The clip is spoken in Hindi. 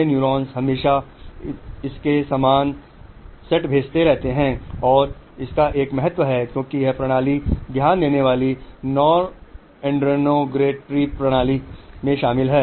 ये न्यूरॉन्स हमेशा इसके समान सेट भेजते रहते हैं और इसका एक महत्व है क्योंकि यह प्रणाली ध्यान देने वाली नॉरएड्रेनाग्रेटरी प्रणाली में शामिल है